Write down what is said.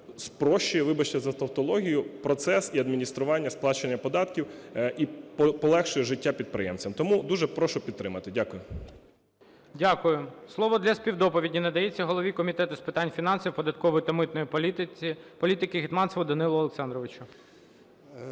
спрощує, вибачте за товтологію, процес і адміністрування сплачених податків і полегшує життя підприємцям. Тому дуже прошу підтримати. Дякую. ГОЛОВУЮЧИЙ. Дякую. Слово для співдоповіді надається голові Комітету з питань фінансів, податкової та митної політики Гетманцеву Данилу Олександровичу.